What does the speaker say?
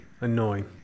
annoying